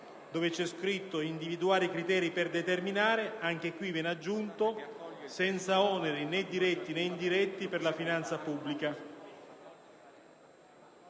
dove è scritto «individuare i criteri per determinare», viene aggiunto «senza oneri né diretti né indiretti per la finanza pubblica».